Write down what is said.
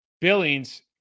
Billings